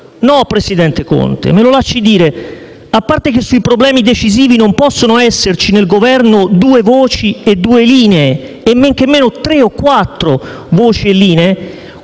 No, presidente Conte, me lo lasci dire. A parte che sui problemi decisivi non possono esserci nel Governo due voci e due linee - e men che meno tre o quattro voci e linee